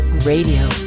Radio